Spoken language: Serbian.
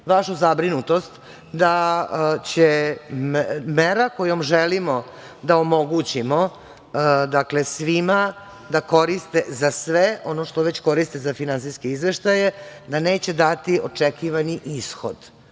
vašu zabrinutost da će mera kojom želimo da omogućimo svima da koriste za sve ono što već koriste za finansijske izveštaje, da neće dati očekivani ishod.U